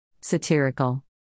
Satirical